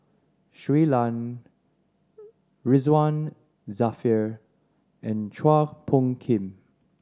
Shui Lan Ridzwan Dzafir and Chua Phung Kim